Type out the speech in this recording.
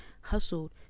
hustled